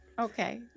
okay